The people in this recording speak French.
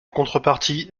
contrepartie